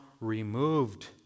removed